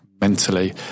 mentally